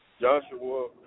Joshua